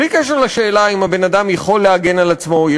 בלי קשר לשאלה האם הבן-אדם יכול להגן על עצמו או אם